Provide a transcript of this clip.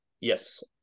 Yes